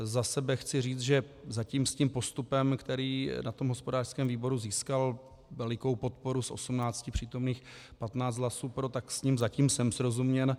Za sebe chci říci, že zatím s tím postupem, který na hospodářském výboru získal velikou podporu, z 18 přítomných 15 hlasů pro, jsem zatím srozuměn.